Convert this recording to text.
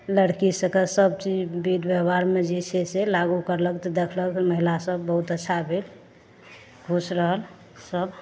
लड़की सबके सब चीज बिध बेहबारमे जे छै से लागू करलक तऽ देखलक महिला सब बहुत अच्छा भेल खुश रहल सब